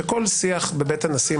שכל השיח בבית הנשיא,